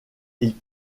ils